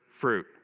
Fruit